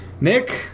Nick